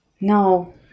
No